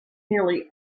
nearly